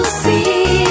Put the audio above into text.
see